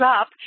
up